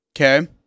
Okay